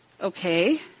Okay